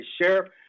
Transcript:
sheriff